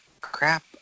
crap